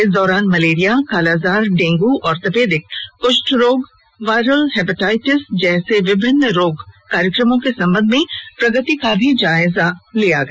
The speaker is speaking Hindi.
इस दौरान मलेरिया कालाजार डेंगू और तपेदिक कुष्ठ रोग वायरल हैपेटाइटिस जैसे विभिन्नं रोग कार्यक्रमों के संबंध में प्रगति का भी जायजा लिया गया